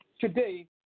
today